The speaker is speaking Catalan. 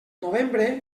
novembre